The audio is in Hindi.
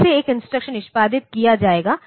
कैसे एक इंस्ट्रक्शन निष्पादित किया जाएगा